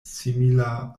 simila